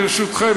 ברשותכם,